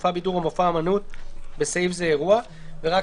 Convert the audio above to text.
מופע בידור או מופע אומנות (בסעיף זה אירוע) ורק